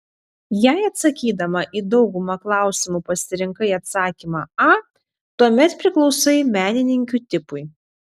jei atsakydama į daugumą klausimų pasirinkai atsakymą a tuomet priklausai menininkių tipui